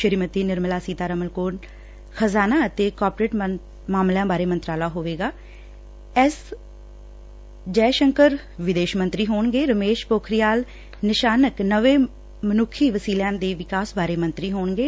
ਸ੍ਰੀਮਤੀ ਨਿਰਮਲਾ ਸੀਤਾਰਮਨ ਕੋਲ ਖਜ਼ਾਨਾ ਅਤੇ ਕੋਅਪਰੇਟ ਮਾਮਲਿਆਂ ਬਾਰੇ ਮੰਤਰਾਲਾ ਹੋਵੇਗਾ ਐਸ ਜੈਸ਼ੰਕਰ ਵਿਦਸ਼ ਮੰਤਰੀ ਹੋਣਗੇ ਰਮੇਸ਼ ਪੋਖਰੀਆਲ ਨਿਸ਼ਾਨਕ ਨਵੇਂ ਮਨੁੱਖੀ ਵਸੀਲਿਆਂ ਦੇ ਵਿਕਾਸ ਬਾਰੇ ਮੰਤਰੀ ਹੋਣਗੇ